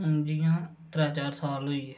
जि'यां त्रै चार साल होई गे